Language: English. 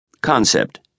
Concept